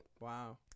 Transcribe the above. Wow